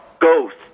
ghost